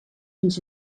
fins